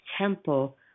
temple